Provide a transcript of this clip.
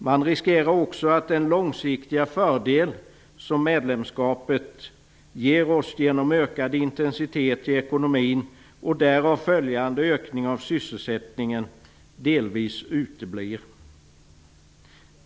Man riskerar också att den långsiktiga fördel som medlemskapet ger oss genom ökad intensitet i ekonomin och därav följande ökning av sysselsättningen delvis uteblir.